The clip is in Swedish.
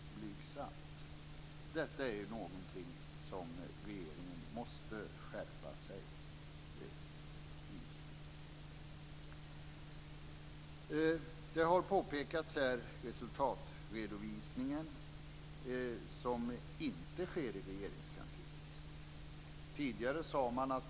På detta område måste regeringen skärpa sig. Det har här pekats på resultatredovisning, som inte sker i Regeringskansliet.